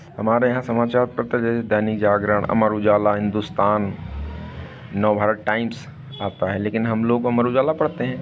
हमारे यहाँ समाचार पत्र जैसे दैनिक जागरण अमर उजाला हिंदुस्तान नवभारत टाइम्स आता है लेकिन हम लोग अमर उजाला पढ़ते हैं